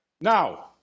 now